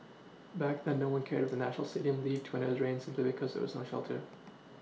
back then no one cared if the national Stadium leaked a drains simply because there was no shelter